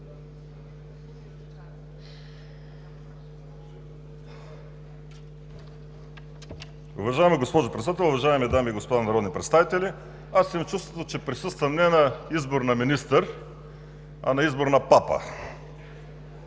Уважаема госпожо Председател, уважаеми дами и господа народни представители! Аз имам чувството, че присъстваме не на избор на министър, а на избор на папа!